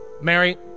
Mary